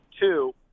Two